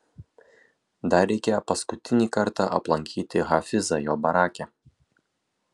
dar reikia paskutinį kartą aplankyti hafizą jo barake